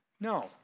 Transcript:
no